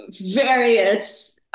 various